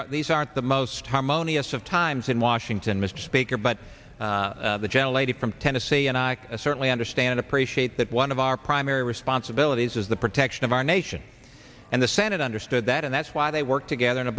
nine these aren't the most harmonious of times in washington mr speaker but the gentle lady from tennessee and i certainly understand appreciate that one of our primary responsibilities is the protection of our nation and the senate understood that and that's why they work together in a